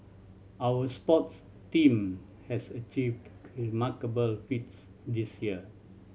our sports team has achieved remarkable feats this year